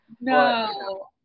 No